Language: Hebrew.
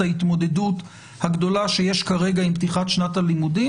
ההתמודדות הגדולה שיש כרגע עם פתיחת שנת הלימודים,